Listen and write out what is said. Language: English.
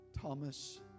Thomas